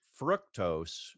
Fructose